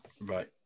right